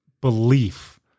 belief